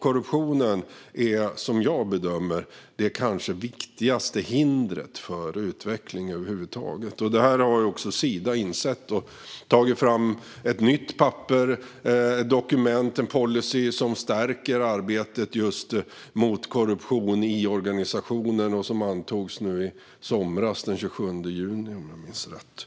Korruptionen är, som jag bedömer det, det kanske viktigaste hindret för utveckling över huvud taget. Detta har också Sida insett och tagit fram ett nytt papper, ett dokument, med en policy som stärker arbetet mot korruption i organisationen. Det antogs i somras, den 27 juni om jag minns rätt.